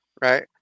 right